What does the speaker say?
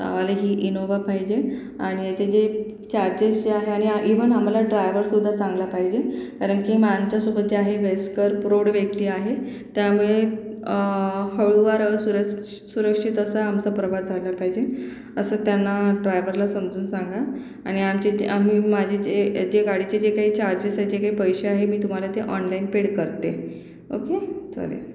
आणि ही इनोवा पाहिजे आणि याचे जे चार्जेस जे आहे आणि आ इव्हन आम्हाला ड्रायवरसुद्धा चांगला पाहिजे कारण की मानच्यासोबत जे आहे वयस्कर प्रौढ व्यक्ती आहे त्यामुळे हळूवार सुरस सुरक्षित असा आमचा प्रवास झाला पाहिजे असं त्यांना ड्रायवरला समजून सांगा आणि आमचे जे आम्ही माझे जे जे गाडीचे जे काही चार्जेस आहेत जे काही पैसे आहे मी तुम्हाला ते ऑणलाईन पेड करते ओके चालेल